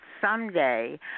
Someday